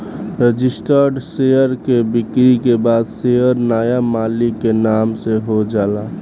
registered share के बिक्री के बाद शेयर नाया मालिक के नाम से हो जाला